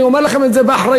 אני אומר לכם את זה באחריות.